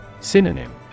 Synonym